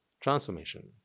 Transformation